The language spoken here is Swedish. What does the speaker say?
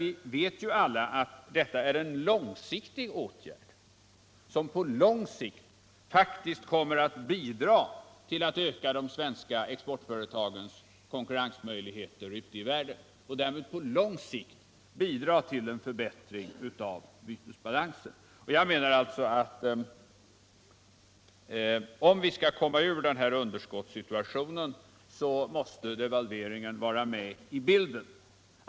Vi vet alla att detta är en åtgärd som på lång sikt faktiskt kommer att bidra till att öka de svenska exportföretagens konkurrensmöjligheter ute i världen, och därmed på lång sikt bidra till en förbättring av bytesbalansen. Jag menar alltså att om vi skall komma ur den här underskottssituationen måste devalveringen vara med i bilden.